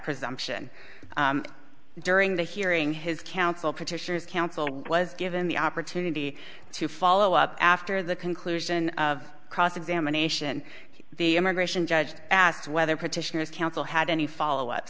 presumption during the hearing his counsel petitioner's counsel was given the opportunity to follow up after the conclusion of cross examination the immigration judge asked whether petitioners counsel had any follow